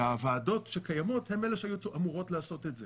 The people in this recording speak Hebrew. והוועדות שקיימות הן אלה שהיו אמורות לעשות את זה,